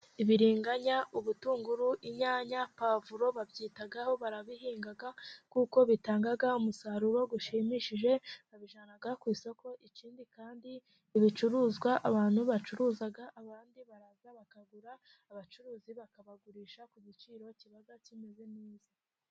Ibiriganya, ubutunguru, inyanya, pavuro, babyitaho, barabihinga kuko bitanga umusaruro ushimishije, babijyana ku isoko, ikindi kandi ibicuruzwa abantu bacuruza abandi baraza bakagura, abacuruzi bakabagurisha ku giciro kiba kimeze neza.